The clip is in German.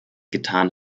getan